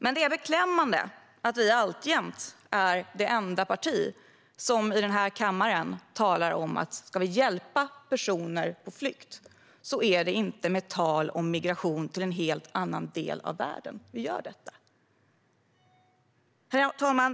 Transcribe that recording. Men det är beklämmande att vi alltjämt är det enda partiet i denna kammare som talar om att om vi ska hjälpa personer på flykt gör vi inte det med tal om migration till en helt annan del av världen. Herr talman!